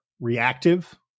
reactive